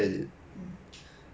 I never go and ask